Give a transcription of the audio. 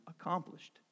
accomplished